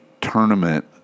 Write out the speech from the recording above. tournament